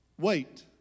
Wait